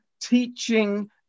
teaching